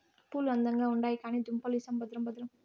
పూలు అందంగా ఉండాయి కానీ దుంపలు ఇసం భద్రం భద్రం